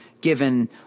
given